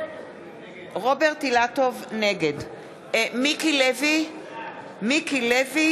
נגד מיקי לוי,